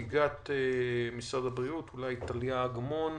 מנציגת משרד הבריאות, טליה אגמון,